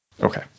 Okay